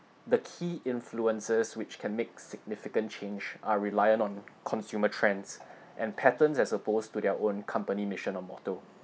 the key influences which can make significant change are reliant on consumer trends and patterns as opposed to their own company mission or motto